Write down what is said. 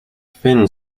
fin